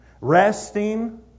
Resting